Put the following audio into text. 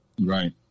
Right